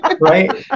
right